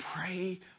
pray